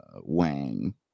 Wang